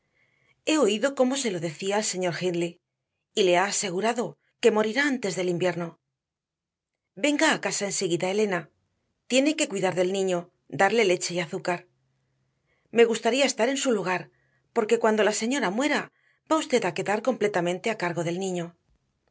he oído como se lo decía al señor hindley y le ha asegurado que morirá antes del invierno venga a casa enseguida elena tiene que cuidar del niño darle leche y azúcar me gustaría estar en su lugar porque cuando la señora muera va usted a quedar completamente a cargo del niño